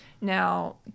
Now